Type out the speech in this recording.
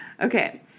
Okay